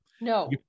No